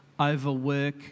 Overwork